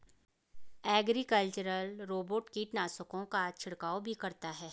agricultural robot कीटनाशकों का छिड़काव भी करता है